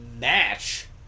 match